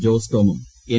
ജോസ് ടോമും എൻ